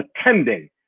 attending